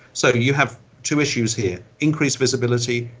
so you have two issues here increased visibility,